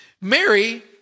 Mary